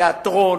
תיאטרון,